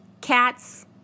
cats